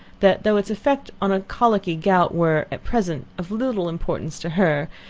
that though its effects on a colicky gout were, at present, of little importance to her,